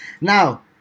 Now